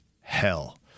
hell